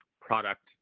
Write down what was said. product